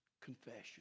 confession